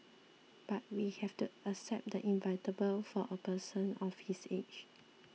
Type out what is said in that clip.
but we have to accept the inevitable for a person of his age